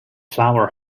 flower